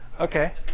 Okay